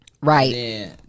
Right